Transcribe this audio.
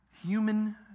human